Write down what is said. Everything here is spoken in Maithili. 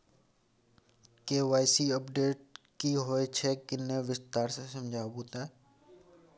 के.वाई.सी अपडेट की होय छै किन्ने विस्तार से समझाऊ ते?